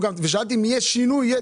ושאלנו אם יהיה שינוי.